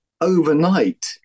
overnight